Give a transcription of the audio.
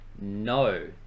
No